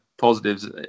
positives